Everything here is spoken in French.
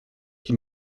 qui